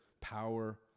power